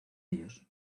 ellos